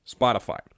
Spotify